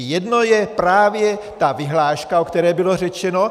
Jedno je právě ta vyhláška, o které bylo řečeno.